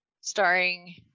starring